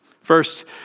First